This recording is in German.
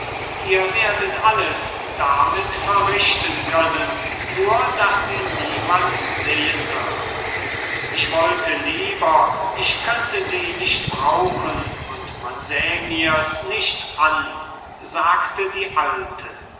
ihr werdet alles damit verrichten können nur daß sie niemand sehen wird ich wollte lieber ich könnte sie nicht brauchen und man säh mir's nicht an sagte die alte